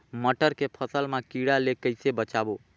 मटर के फसल मा कीड़ा ले कइसे बचाबो?